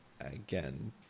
again